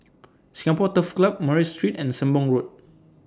Singapore Turf Club Murray Street and Sembong Road